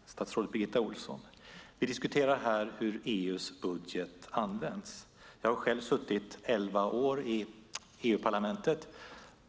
Herr talman! Statsrådet Birgitta Ohlsson! Vi diskuterar här hur EU:s budget används. Jag har själv suttit elva år i EU-parlamentet,